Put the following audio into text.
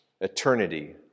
eternity